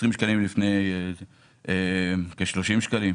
כ-30 שקלים.